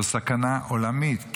זו סכנה עולמית,